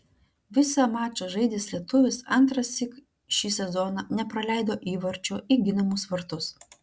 visą mačą žaidęs lietuvis antrąsyk šį sezoną nepraleido įvarčio į ginamus vartus